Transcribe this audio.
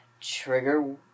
trigger